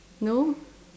no